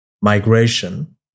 migration